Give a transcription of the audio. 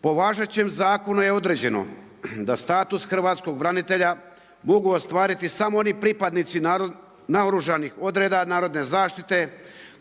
Po važećem zakonu je određeno da status hrvatskih branitelja mogu ostvariti samo oni pripadnici naoružanih odreda narodne zaštite